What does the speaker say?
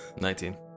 Nineteen